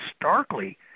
starkly